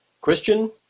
Christian